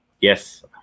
Yes